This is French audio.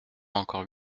encore